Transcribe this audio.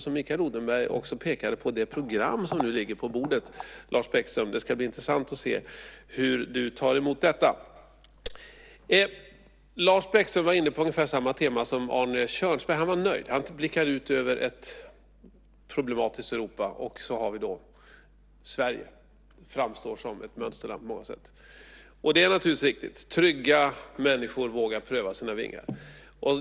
Som Mikael Odenberg också pekade på: Det program som nu ligger på bordet, Lars Bäckström, ska det bli intressant att se hur du tar emot. Lars Bäckström var inne på ungefär samma tema som Arne Kjörnsberg: Han var nöjd. Han blickade ut över ett problematiskt Europa, och så har vi då Sverige som framstår som ett mönsterland på många sätt. Det är naturligtvis riktigt. Trygga människor vågar pröva sina vingar.